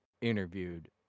interviewed